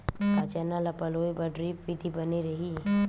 का चना ल पलोय बर ड्रिप विधी बने रही?